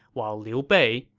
while liu bei,